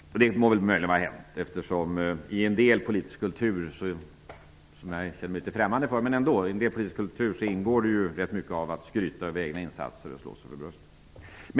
Israelsson, och det må väl möjligen vara hänt -- i en viss politisk kultur, som jag känner mig litet främmande för, ingår det mycket av skryt över egna insatser.